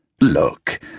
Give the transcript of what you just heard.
Look